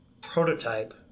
prototype